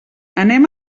anem